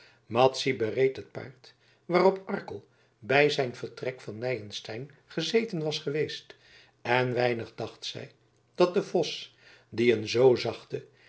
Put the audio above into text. madzy bereed het paard waarop arkel bij zijn vertrek van nyenstein gezeten was geweest en weinig dacht zij dat de vos die een zoo zachte